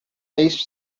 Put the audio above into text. east